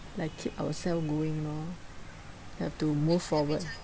like keep ourselves going lor have to move forward